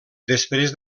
després